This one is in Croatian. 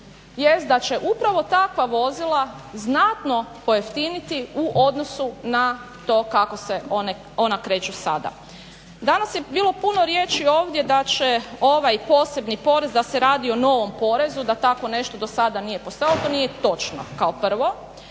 jest da će upravo takva vozila znatno pojeftiniti u odnosu na to kako se ona kreću sada. Danas je bilo puno riječi ovdje da će ovaj posebni porez da se radi o novom porezu, da takvo nešto do sada nije postojalo, to nije točno kao prvo